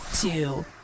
two